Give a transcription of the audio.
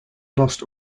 lost